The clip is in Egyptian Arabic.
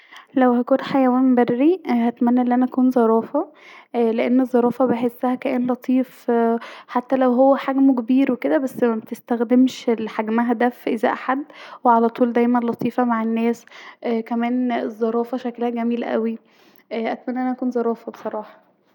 لو هكون حيوان بري هتمني الي انا اكون زرافة لأن الزرافه بحسها كائن لطيف كائن حتي لو هو حجمه كبير اوي كدا بس مبتستخدمش حجمها ده في إيزاء حد وعلي طول دايما لطيفه مع الناس كمان الزرافه شكلها جميل اوي اااا أتمني أن انا اكون زرافة بصراحة